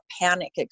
panic